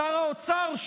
שר האוצר,